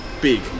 big